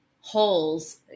holes